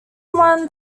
one